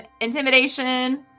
Intimidation